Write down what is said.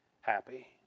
happy